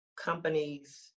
companies